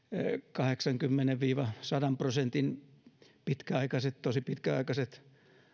kahdeksankymmenen viiva sadan prosentin pitkäaikaiset tosi pitkäaikaiset